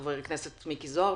חבר הכנסת מיקי זוהר,